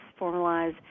formalize